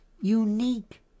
unique